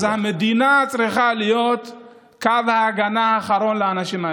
המדינה צריכה להיות קו ההגנה האחרון לאנשים האלה.